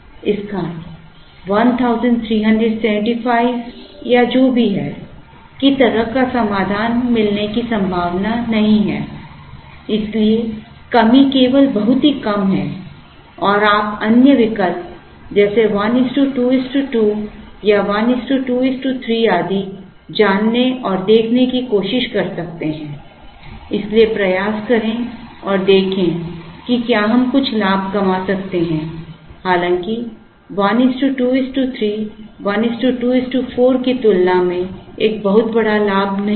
इसका 1375 या जो भी है की तरह का समाधान मिलने की संभावना नहीं है इसलिए कमी केवल बहुत ही कम है और आप अन्य विकल्प जैसे 122 या 123 आदि जानने और देखने की कोशिश कर सकते हैं इसलिए प्रयास करें और देखें कि क्या हम कुछ लाभ कमा सकते हैं हालांकि 123 124 की तुलना में एक बहुत बड़ा लाभ नहीं है